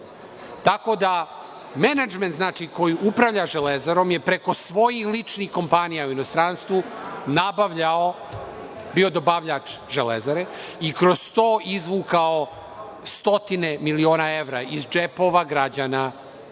tako da menadžment, znači, koji upravlja „Železarom“ je preko svojih ličnih kompanija u inostranstvu nabavljao, bio dobavljač „Železare“ i kroz to izvukao stotine miliona evra iz džepova građana